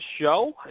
show